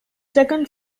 second